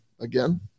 again